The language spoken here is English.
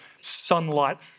sunlight